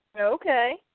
Okay